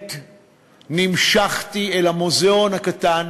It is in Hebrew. מגנט נמשכתי אל המוזיאון הקטן